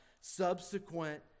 subsequent